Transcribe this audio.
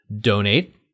donate